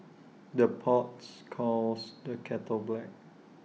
the pots calls the kettle black